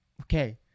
okay